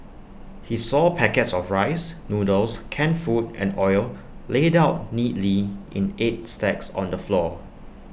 he saw packets of rice noodles canned food and oil laid out neatly in eight stacks on the floor